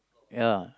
ya